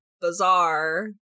bizarre